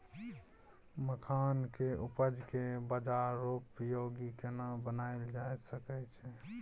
मखान के उपज के बाजारोपयोगी केना बनायल जा सकै छै?